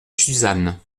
suzanne